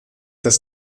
des